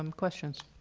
um questions?